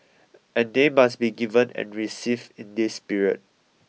and they must be given and received in this spirit